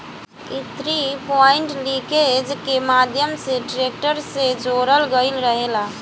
इ three point linkage के माध्यम से ट्रेक्टर से जोड़ल गईल रहेला